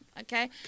Okay